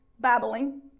babbling